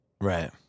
Right